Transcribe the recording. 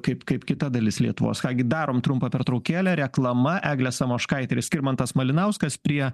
kaip kaip kita dalis lietuvos ką gi darom trumpą pertraukėlę reklama eglė samoškaitė ir skirmantas malinauskas prie